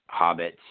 hobbits